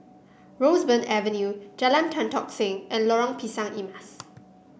Roseburn Avenue Jalan Tan Tock Seng and Lorong Pisang Emas